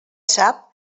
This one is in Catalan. sap